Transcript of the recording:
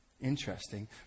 Interesting